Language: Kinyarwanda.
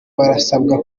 barasabwa